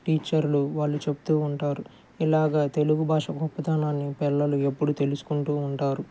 టీచర్లు వాళ్ళు చెప్తూ ఉంటారు ఇలాగ తెలుగు భాష గొప్పతనాన్ని పిల్లలు ఎప్పుడూ తెలుసుకుంటూ ఉంటారు